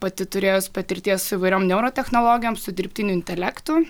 pati turėjus patirties su įvairiom neurotechnologijom su dirbtiniu intelektu